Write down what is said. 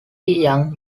yang